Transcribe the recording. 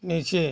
नीचे